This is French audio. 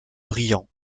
brillant